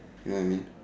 you know I mean